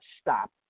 stop